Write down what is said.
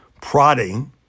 prodding